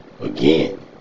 again